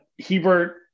Hebert